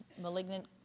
malignant